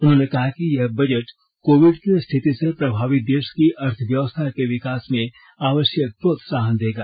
उन्होंने कहा कि यह बजट कोविड की स्थिति से प्रभावित देश की अर्थव्यवस्था के विकास में आवश्यक प्रोत्साहन देगा